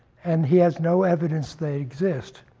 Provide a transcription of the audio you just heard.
and he has no evidence they exist.